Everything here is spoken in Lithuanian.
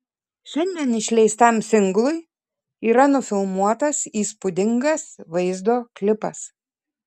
šiandien išleistam singlui yra nufilmuotas įspūdingas vaizdo klipas